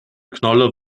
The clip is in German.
knolle